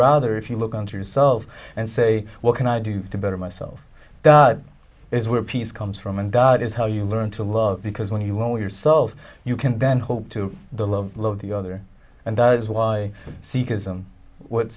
rather if you look around yourself and say what can i do to better myself that is where peace comes from and god is how you learn to love because when you want yourself you can then hope to the love love the other and that is why